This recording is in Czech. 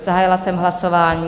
Zahájila jsem hlasování.